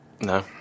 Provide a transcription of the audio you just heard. no